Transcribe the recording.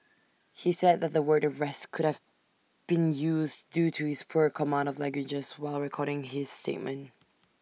he said the word arrest could have been used due to his poor command of languages while recording his statement